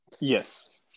Yes